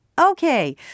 Okay